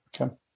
Okay